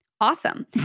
Awesome